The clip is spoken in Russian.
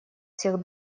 всех